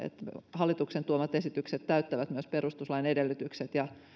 hallituksen tuomat esitykset täyttävät myös perustuslain edellytykset